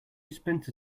splinter